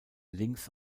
links